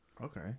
okay